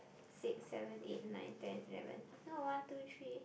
six seven eight nine ten eleven no one two three